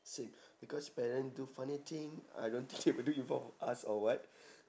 same because parent do funny thing I don't think they will do in front of us or what